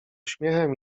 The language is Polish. śmiechem